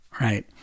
right